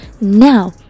now